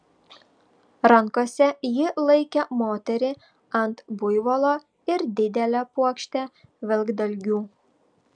rankose ji laikė moterį ant buivolo ir didelę puokštę vilkdalgių